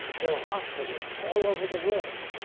build hospitals all over the world,